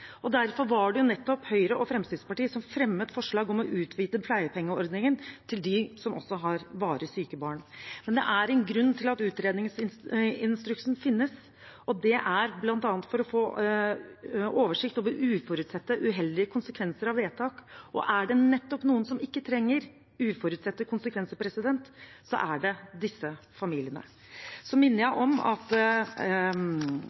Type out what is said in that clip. Derfor var det nettopp Høyre og Fremskrittspartiet som fremmet forslag om å utvide pleiepengeordningen til dem som også har varig syke barn. Men det er en grunn til at utredningsinstruksen finnes, og det er bl.a. for å få oversikt over uforutsette uheldige konsekvenser av vedtak, og er det nettopp noen som ikke trenger uforutsette konsekvenser, er det disse familiene. Så minner jeg